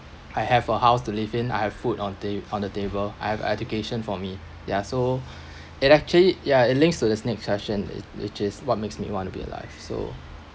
I have a house to live in I have food on the on the table I have education for me ya so it actually yeah it links to the next session is which is what makes me want to be alive so